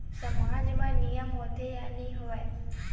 सामाज मा नियम होथे या नहीं हो वाए?